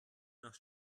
nach